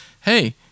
Hey